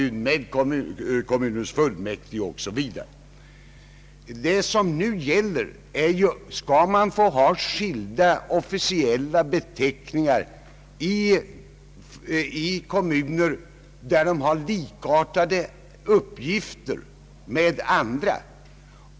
Från dessa framställes icke krav om att den församlingen skall heta stadsfullmäktige. Vad frågan gäller är om man skall få ha skilda officiella beteckningar i kommuner där man har att leva efter samma lagbestämmelser.